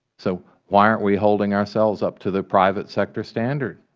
so why aren't we holding ourselves up to the private sector standard?